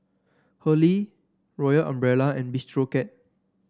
Hurley Royal Umbrella and Bistro Cat